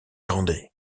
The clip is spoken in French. grandet